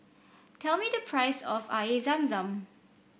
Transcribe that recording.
tell me the price of Air Zam Zam